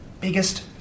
biggest